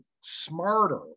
smarter